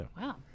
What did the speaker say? Wow